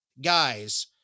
guys